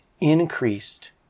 increased